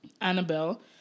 Annabelle